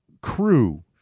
crew